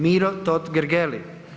Miro Totgergeli.